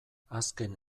azken